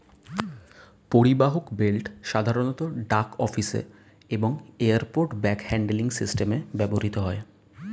পরিবাহক বেল্ট সাধারণত ডাক অফিসে এবং এয়ারপোর্ট ব্যাগ হ্যান্ডলিং সিস্টেমে ব্যবহৃত হয়